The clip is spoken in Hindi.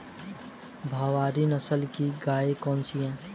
भारवाही नस्ल की गायें कौन सी हैं?